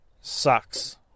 sucks